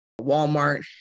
Walmart